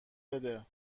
بده